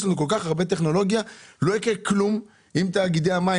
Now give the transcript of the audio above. לנו כל-כך הרבה טכנולוגיה ולא יקרה כלום אם תאגידי המים